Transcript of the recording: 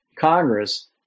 Congress